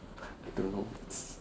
I don't know